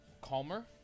calmer